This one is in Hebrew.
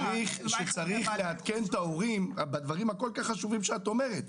שצריך לעדכן את ההורים בדברים הכל כך חשובים שאת אומרת.